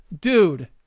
dude